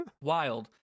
Wild